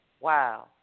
Wow